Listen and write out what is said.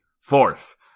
fourth